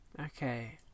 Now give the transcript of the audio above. Okay